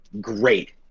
great